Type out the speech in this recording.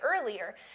earlier